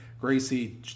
Gracie